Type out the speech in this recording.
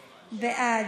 בעד.